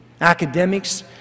academics